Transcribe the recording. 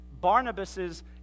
Barnabas's